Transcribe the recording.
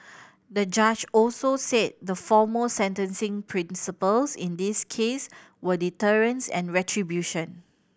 the judge also said the foremost sentencing principles in this case were deterrence and retribution